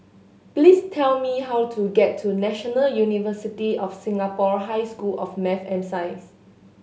please tell me how to get to National University of Singapore High School of Math and Science